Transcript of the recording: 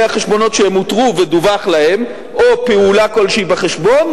החשבונות שהם אותרו ודווח להם או פעולה כלשהי בחשבון,